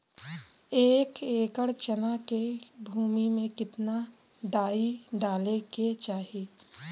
एक एकड़ चना के भूमि में कितना डाई डाले के चाही?